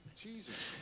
Jesus